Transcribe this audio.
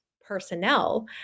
personnel